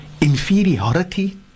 Inferiority